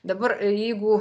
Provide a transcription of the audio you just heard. dabar jeigu